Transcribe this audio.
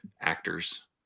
actors